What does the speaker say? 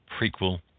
prequel